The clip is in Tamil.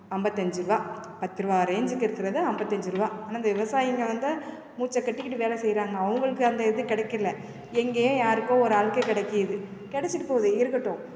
ஐம்பத்தஞ்சி ருபா பத்து ருபா ரேஞ்சுக்கு இருக்கிறத ஐம்பத்தஞ்சி ருபா ஆனால் இந்த விவசாயிங்க வந்து மூச்சை கட்டிக்கிட்டு வேலை செய்கிறாங்க அவங்களுக்கு அந்த இது கிடைக்கில எங்கேயோ யாருக்கோ ஒரு ஆளுக்கு கிடைக்குது கிடைச்சிட்டு போது இருக்கட்டும்